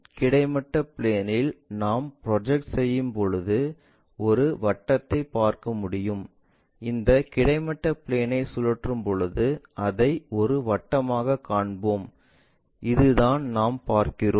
கிடைமட்ட பிளேன்இல் நாம் ப்ரொஜெக்ட் செய்யும்பொழுது ஒரு வட்டத்தைப் பார்க்க முடியும் இந்த கிடைமட்ட பிளேன்ஐ சுற்றும் பொழுது அதை ஒரு வட்டமாகக் காண்போம் அதுதான் நாம் பார்க்கிறோம்